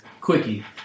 quickie